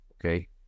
okay